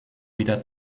wieder